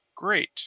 great